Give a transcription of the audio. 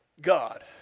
God